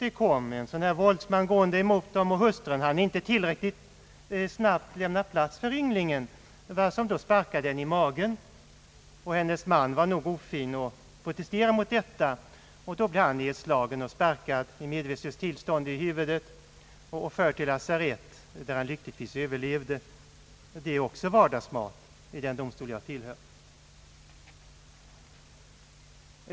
En våldsman kom emot dem, och hustrun hann inte tillräckligt snabbt lämna plats för honom. Han sparkade henne då i magen, och hennes man var nog ofin att protestera mot detta. Han blev då nedslagen och sparkad i huvudet till medvetslöshet och förd till lasarettet; han överlevde lyckligtvis. Sådana fall är ingalunda ovanliga i den domstol jag tillhör.